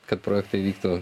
kad projektai vyktų